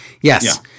yes